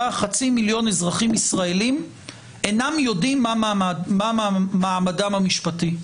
חצי מיליון אזרחים ישראלים אינם יודעים מה מעמדם המשפטי.